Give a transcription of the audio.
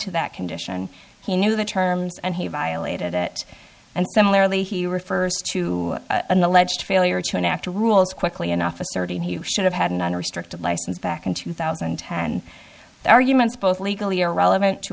to that condition he knew the terms and he violated it and similarly he refers to an alleged failure to an after rules quickly enough asserting he should have had an unrestricted license back in two thousand and ten arguments both legally irrelevant to